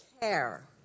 care